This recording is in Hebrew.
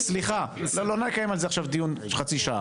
סליחה, אנחנו לא נקיים על זה עכשיו דיון חצי שעה.